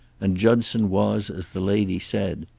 and judson was as the lady said.